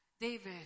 David